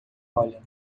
olha